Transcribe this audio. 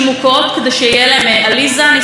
עברה לגור עם הבת שלה בדירת חדר.